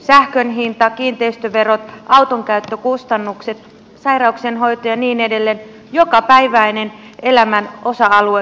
sähkön hinta kiinteistöverot autonkäyttökustannukset sairauksien hoito ja niin edelleen jokapäiväinen elämän osa alue